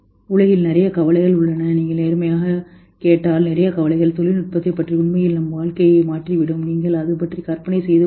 உலகில் நிறைய கவலைகள் உள்ளன நீங்கள் நேர்மையாகக் கேட்டால் நிறைய கவலைகள் தொழில்நுட்பத்தைப் பற்றி உண்மையில் நம் வாழ்க்கையை மாற்றிவிடும் அது கற்பனை செய்யும்